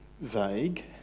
vague